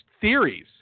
theories